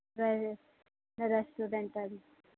ਰੈਸਟੋਰੈਂਟਾ ਦੀ